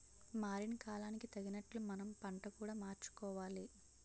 మారిన కాలానికి తగినట్లు మనం పంట కూడా మార్చుకోవాలి